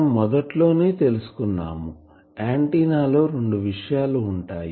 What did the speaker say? మనం మొదట్లోనే తెలుసుకున్నాము ఆంటిన్నా లో రెండు విషయాలు ఉంటాయి